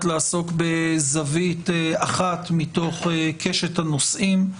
לעסוק בזווית אחת מתוך קשת הנושאים,